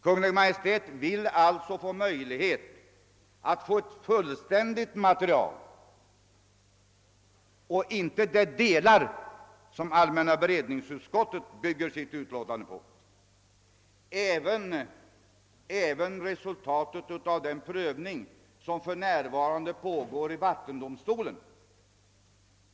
Kungl. Maj:t vill alltså ha möjlighet att få ett fullständigt material — alltså inte bara de delar av materialet som allmänna beredningsutskottet bygger sitt utlåtande på utan även resultatet av den prövning som för närvarande pågår i vattendomstolen.